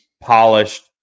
polished